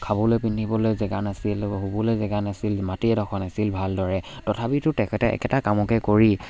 খাবলৈ পিন্ধিবলৈ জেগা নাছিল শুবলৈ জেগা নাছিল মাটি এডখৰ নাছিল ভালদৰে তথাপিতো তেখেতে একেটা কামকে কৰি